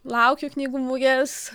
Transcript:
laukiu knygų mugės